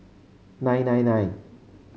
nine nine nine